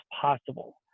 possible